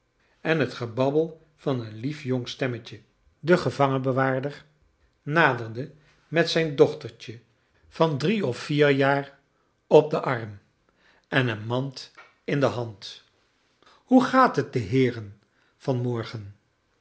en het gebabbel van een lief jong stemmetje de gevangenbewaarder naderde met zijn dochtertje van drie of vier jaar op u charles dickens den arm en een mand in de hand hoe gaat t den heeren van